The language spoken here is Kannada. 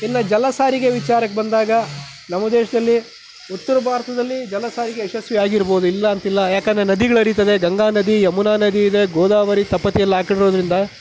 ಇನ್ನೂ ಜಲ ಸಾರಿಗೆ ವಿಚಾರಕ್ಕೆ ಬಂದಾಗ ನಮ್ಮ ದೇಶದಲ್ಲಿ ಉತ್ತರ ಭಾರತದಲ್ಲಿ ಜಲ ಸಾರಿಗೆ ಯಶಸ್ವಿ ಆಗಿರಬಹುದು ಇಲ್ಲ ಅಂತಿಲ್ಲ ಯಾಕೆಂದರೆ ನದಿಗಳು ಹರೀತದೆ ಗಂಗಾ ನದಿ ಯಮುನಾ ನದಿ ಇದೆ ಗೋದಾವರಿ ತಪತಿ ಎಲ್ಲ ಆ ಕಡೆ ಇರೋದರಿಂದ